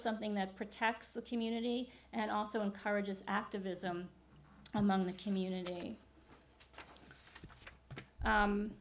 something that protects the community and also encourages activism among the community